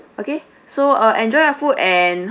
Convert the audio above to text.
okay so uh enjoy food and